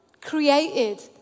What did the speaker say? created